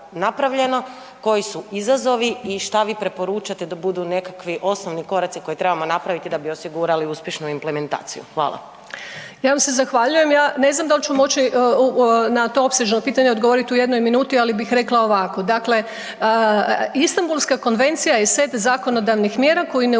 koji su izazovi i šta vi preporučate da budu nekakvi osnovni koraci koje trebamo napraviti da bi osigurali uspješnu implementaciju? Hvala. **Ljubičić, Višnja** Ja vam se zahvaljujem. Ja ne znam dal ću moći na to opsežno pitanje odgovoriti u jednom minuti ali bih rekla ovako. Dakle, Istanbulska konvencija je set zakonodavnih mjera koje ne uključuje